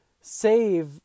save